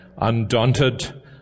undaunted